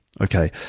Okay